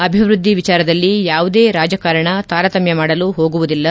ಅಭಿವೃದ್ದಿ ವಿಚಾರದಲ್ಲಿ ಯಾವುದೇ ರಾಜಕಾರಣ ತಾರತಮ್ಯ ಮಾಡಲು ಹೋಗುವುದಿಲ್ಲ